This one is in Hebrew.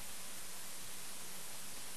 יכול להרגיש ולדעת יותר מאשר המשפחה שמחכה בתקווה שהבן יופיע,